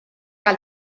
que